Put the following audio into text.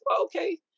okay